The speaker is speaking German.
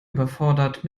überfordert